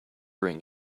ring